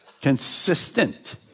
consistent